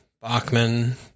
Bachman